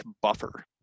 buffer